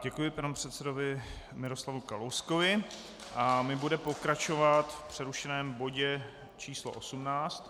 Děkuji panu předsedovi Miroslavu Kalouskovi a my budeme pokračovat v přerušeném bodě číslo 18.